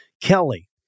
Kelly